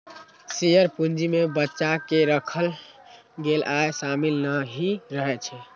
share पूंजी मे बचा कें राखल गेल आय शामिल नहि रहै छै